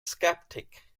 sceptic